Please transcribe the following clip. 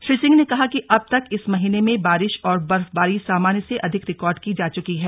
श्री सिंह ने कहा कि अब तक इस महीने में बारिश और बर्फबारी सामान्य से अधिक रिकॉर्ड की जा चुकी है